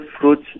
fruits